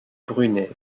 brunet